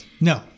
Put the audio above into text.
No